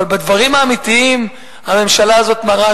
אבל בדברים האמיתיים הממשלה הזאת מראה